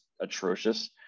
atrocious